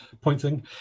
pointing